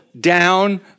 down